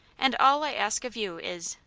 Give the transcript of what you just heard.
and all i ask of you is,